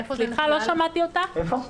איפה זה?